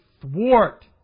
thwart